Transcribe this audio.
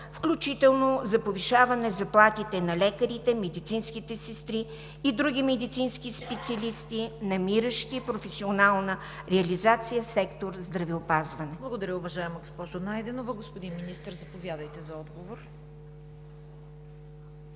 включително за повишаване на заплатите на лекарите, медицинските сестри и други медицински специалисти, намиращи професионална реализация в сектор „Здравеопазване“? ПРЕДСЕДАТЕЛ ЦВЕТА КАРАЯНЧЕВА: Благодаря, уважаема госпожо Найденова. Господин Министър, заповядайте за отговор.